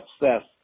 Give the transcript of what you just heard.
obsessed